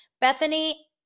Bethany